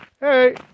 Hey